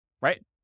right